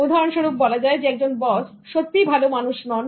উদাহরণস্বরূপ বলা যায় একজন বস সত্যিই ভালো মানুষ নন